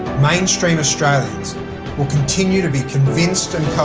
mainstream australians will continue to be convinced and